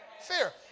Fear